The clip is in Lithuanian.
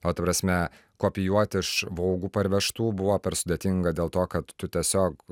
o ta prasme kopijuoti iš vogue parvežtų buvo per sudėtinga dėl to kad tu tiesiog